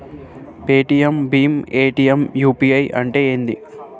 Paytm భీమ్ Paytm UPI అంటే ఏంది?